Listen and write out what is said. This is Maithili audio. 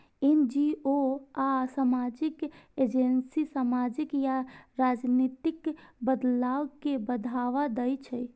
एन.जी.ओ आ सामाजिक एजेंसी सामाजिक या राजनीतिक बदलाव कें बढ़ावा दै छै